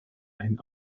ein